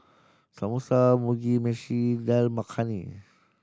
Samosa Mugi Meshi Dal Makhani